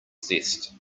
zest